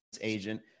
agent